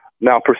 now